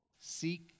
seek